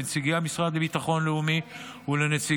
לנציגי המשרד לביטחון לאומי ולנציגי